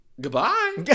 Goodbye